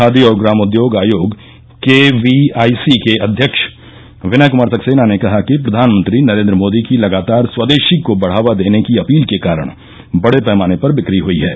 खादी और ग्रामोद्योग आयोग केवीआईसी के अध्यक्ष विनय कुमार सक्सेना ने कहा कि प्रधानमंत्री नरेंद्र मोदी की लगातार स्वदेशी को बढ़ावा देने की अपील के कारण बड़े पैमाने पर बिक्री हई है